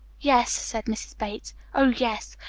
yes, said mrs. bates. oh, yes,